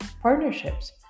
Partnerships